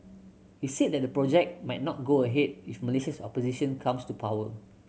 he said that the project might not go ahead if Malaysia's opposition comes to power